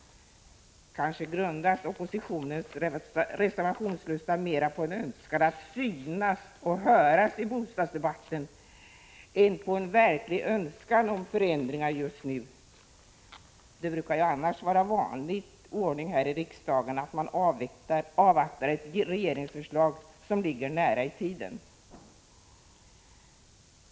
Kanske grundas oppositionens reservationslusta mera på en önskan att synas och höras i bostadsdebatten än på en verklig önskan om förändringar just nu. Det brukar ju annars vara en vanlig ordning här i riksdagen att man avvaktar ett regeringsförslag som ligger nära i tiden.